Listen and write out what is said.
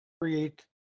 create